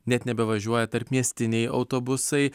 net nebevažiuoja tarpmiestiniai autobusai